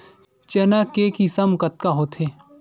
चना के किसम कतका होथे?